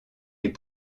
les